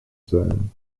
zone